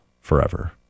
forever